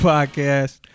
Podcast